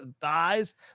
thighs